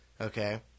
Okay